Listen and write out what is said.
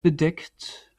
bedeckt